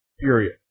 Period